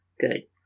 good